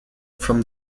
from